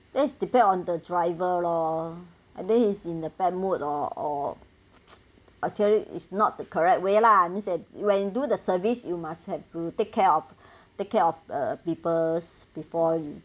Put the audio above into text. that's depend on the driver lor and then he's in the bad mood or or actually is not the correct way lah I means at when you do the service you must have to take care of take care of uh people before you